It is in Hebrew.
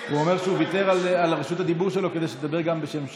הוא אומר שהוא ויתר על רשות הדיבור שלו כדי שתדבר גם בשם ש"ס.